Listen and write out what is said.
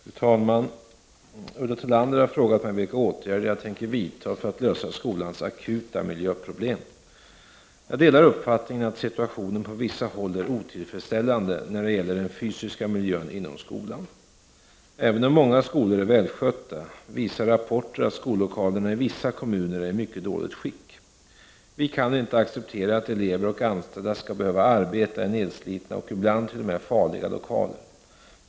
Fru talman! Ulla Tillander har frågat mig vilka åtgärder jag tänker vidta för att lösa skolans akuta miljöproblem. Jag delar uppfattningen att situationen på vissa håll är otillfredsställande när det gäller den fysiska miljön inom skolan. Även om många skolor är välskötta visar rapporter att skollokalerna i vissa kommuner är i mycket dåligt skick. Vi kan inte acceptera att elever och anställda skall behöva arbeta i nedslitna och ibland t.o.m. farliga lokaler.